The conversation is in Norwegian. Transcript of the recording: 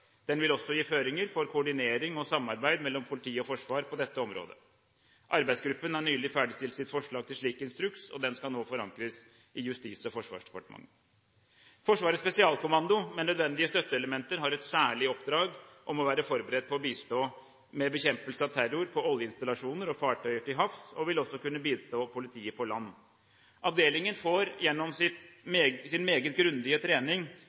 Den vil også gi føringer for koordinering og samarbeid mellom politi og forsvar på dette området. Arbeidsgruppen har nylig ferdigstilt sitt forslag til slik instruks, og den skal nå forankres i Justisdepartementet og i Forsvarsdepartementet. Forsvarets spesialkommando med nødvendige støtteelementer har et særlig oppdrag om å være forberedt på å bistå i bekjempelse av terror på oljeinstallasjoner og fartøyer til havs, og vil også kunne bistå politiet på land. Avdelingen får gjennom sin meget grundige trening